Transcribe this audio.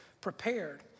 prepared